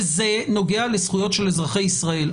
וזה נוגע לזכויות של אזרחי ישראל.